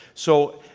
so,